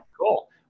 cool